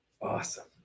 awesome